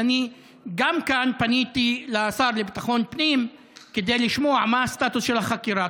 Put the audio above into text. גם כאן פניתי לשר לביטחון פנים כדי לשמוע מה הסטטוס של החקירה.